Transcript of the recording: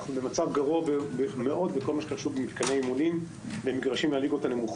אנחנו במצב גרוע מאוד בכל הקשור למתקני אימונים ומגרשים בליגות הנמוכות.